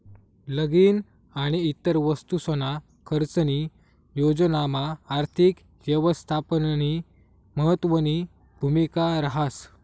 लगीन आणि इतर वस्तूसना खर्चनी योजनामा आर्थिक यवस्थापननी महत्वनी भूमिका रहास